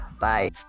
bye